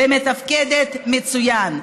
ומתפקדת מצוין.